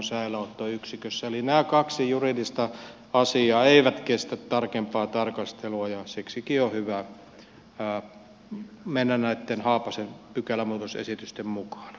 eli nämä kaksi juridista asiaa eivät kestä tarkempaa tarkastelua ja siksikin on hyvä mennä näitten haapasen pykälämuutosesitysten mukaan